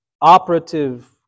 operative